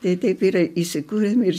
tai taip ir a įsikūrėm ir